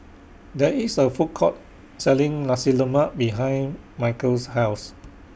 There IS A Food Court Selling Nasi Lemak behind Michale's House